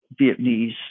Vietnamese